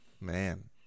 Man